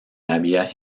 había